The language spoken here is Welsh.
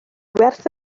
werth